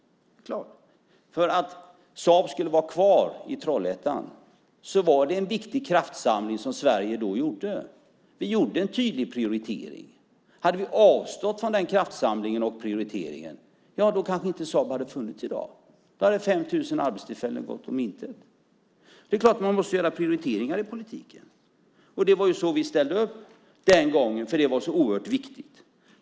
För att Saab skulle vara kvar i Trollhättan gjorde Sverige då en viktig kraftsamling. Vi gjorde en tydlig prioritering. Hade vi avstått från den kraftsamlingen och prioriteringen hade Saab kanske inte funnits i dag, och då hade 5 000 arbetstillfällen gått om intet. Det är klart att man måste göra prioriteringar i politiken. Det var på det sättet som vi ställde upp den gången eftersom det var så oerhört viktigt.